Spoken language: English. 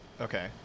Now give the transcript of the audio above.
Okay